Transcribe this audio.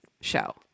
show